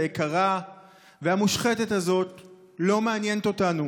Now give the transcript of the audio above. היקרה והמושחתת הזאת לא מעניינת אותנו,